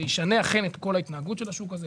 זה ישנה אכן את כל ההתנהגות של השוק הזה,